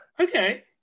Okay